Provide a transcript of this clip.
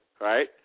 right